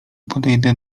podejdę